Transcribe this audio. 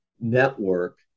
network